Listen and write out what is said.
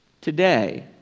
today